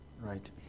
Right